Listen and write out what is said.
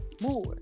more